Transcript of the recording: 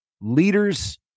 Leaders